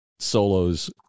solos